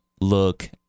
look